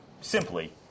simply